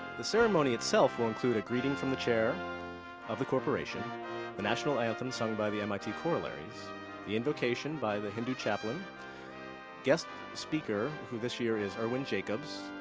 the ceremony itself will include a greeting from the chair of the corporation the national anthem, sung by the mit chorallaries the invocation by the hindu chaplain guest speaker, who this year is irwin jacobs,